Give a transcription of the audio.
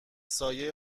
سایه